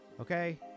Okay